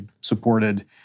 supported